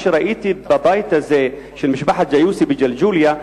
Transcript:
מה שראיתי בבית הזה של משפחת ג'יוסי בג'לג'וליה,